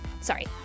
Sorry